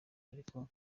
ariko